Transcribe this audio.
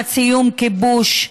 שנת סיום כיבוש,